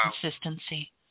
consistency